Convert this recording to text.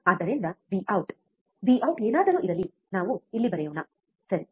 ಆದ್ದರಿಂದ V out V out ಏನಾದರೂ ಇರಲಿ ನಾವು ಇಲ್ಲಿ ಬರೆಯೋಣಸರಿ